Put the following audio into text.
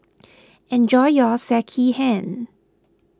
enjoy your Sekihan